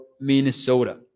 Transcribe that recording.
Minnesota